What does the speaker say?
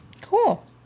Cool